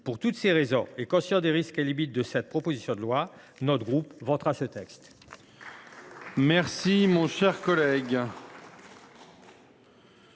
Pour toutes ces raisons, et conscient des risques et limites de cette proposition de loi, notre groupe votera ce texte.